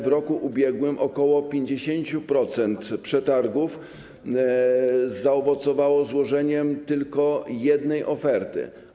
W roku ubiegłym ok. 50% przetargów zaowocowało złożeniem tylko jednej oferty.